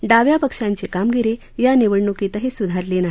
डाव्या पक्षांची कामगिरी या निवडण्कीतही स्धारली नाही